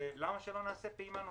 למה לא נעשה פעימה נוספת?